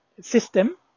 system